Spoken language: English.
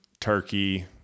Turkey